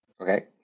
Okay